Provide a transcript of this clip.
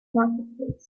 marketplace